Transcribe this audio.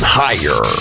higher